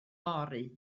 fory